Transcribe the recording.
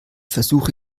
versuche